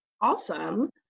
awesome